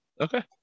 Okay